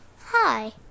Hi